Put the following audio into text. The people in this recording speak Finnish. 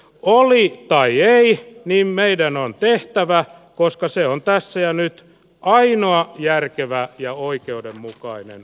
oli aihe eli niin meidän on tehtävä koska se on päässä jäänyt painaa järkevää ja oikeudenmukainen